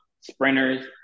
sprinters